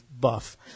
buff